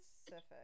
specific